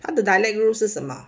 and the dialect group 是什么